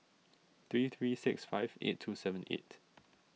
three three six five eight two seven eight